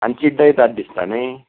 आनी चिड्डयतात दिसता न्हय